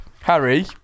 Harry